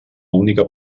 única